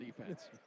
defense